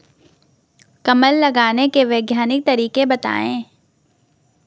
कमल लगाने के वैज्ञानिक तरीके बताएं?